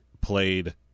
played